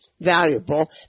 valuable